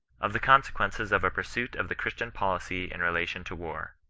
of the consequences of a pursuit of the christian policy in relation to war.